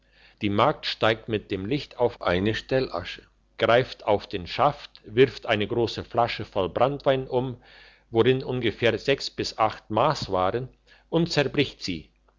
die magd steigt mit dem licht auf eine stellasche greift auf den schaft wirft eine grosse flasche voll branntwein um worin ungefähr mass waren und zerbricht sie